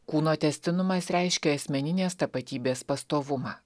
kūno tęstinumas reiškia asmeninės tapatybės pastovumą